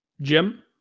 Jim